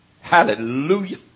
Hallelujah